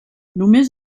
només